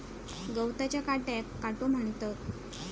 गवताच्या काट्याक काटो म्हणतत